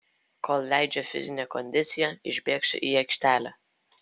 kol leidžia fizinė kondicija išbėgsiu į aikštelę